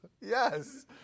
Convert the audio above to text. Yes